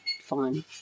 fine